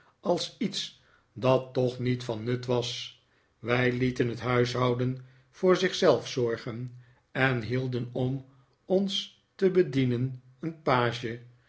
als iets dat toch niet van nut was wij lieten het huishouden voor zich zelf zorgen en hielden om ons te bedienen een page